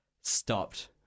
stopped